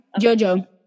Jojo